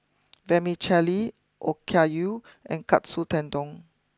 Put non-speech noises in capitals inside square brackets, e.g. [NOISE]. [NOISE] Vermicelli Okayu and Katsu Tendon